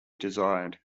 desired